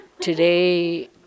Today